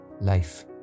life